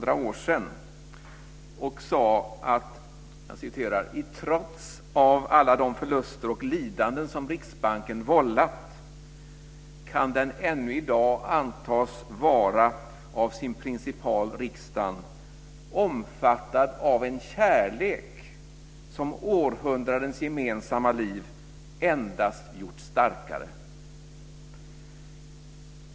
Bankkommittén sade: I trots av alla de förluster och lidanden som Riksbanken vållat kan den ännu i dag antas vara av sin principal riksdagen omfattad av en kärlek som århundradens gemensamma liv endast gjort starkare.